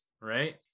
right